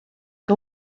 que